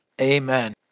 Amen